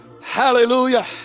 Hallelujah